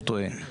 הוא טועה.